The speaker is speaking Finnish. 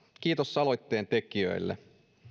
kiitos aloitteen tekijöille